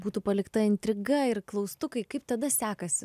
būtų palikta intriga ir klaustukai kaip tada sekasi